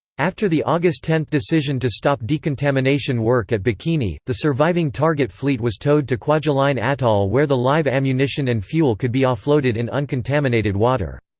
after the august ten decision to stop decontamination work at bikini, the surviving target fleet was towed to kwajalein atoll where the live ammunition and fuel could be offloaded in uncontaminated water.